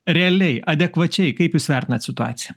realiai adekvačiai kaip jūs vertinat situaciją